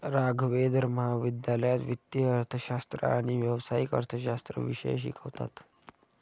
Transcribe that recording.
राघवेंद्र महाविद्यालयात वित्तीय अर्थशास्त्र आणि व्यावसायिक अर्थशास्त्र विषय शिकवतात